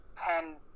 ten